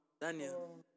Daniel